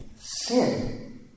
sin